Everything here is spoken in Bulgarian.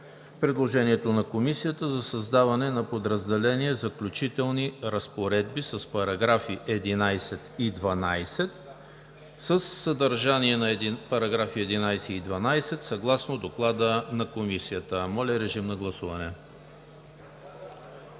предложението на Комисията за създаване на подразделение „Заключителни разпоредби“ с параграфи 11 и 12 със съдържание на един параграф 11 и 12 съгласно Доклада на Комисията. Гласували